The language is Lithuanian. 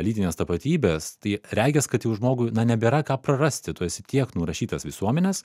lytinės tapatybės tai regis kad jau žmogui na nebėra ką prarasti tu esi tiek nurašytas visuomenės